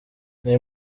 nari